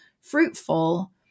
fruitful